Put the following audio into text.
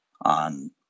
on